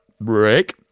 break